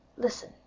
Listen